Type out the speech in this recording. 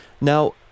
Now